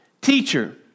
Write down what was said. Teacher